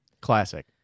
Classic